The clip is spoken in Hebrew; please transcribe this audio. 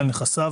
על נכסיו,